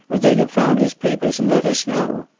or they'd have found his papers and let us know.